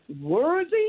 worthy